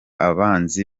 abanzi